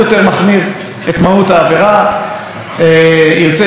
אנחנו יכולים למנוע את זה.